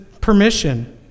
permission